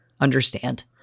understand